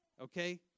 okay